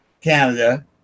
Canada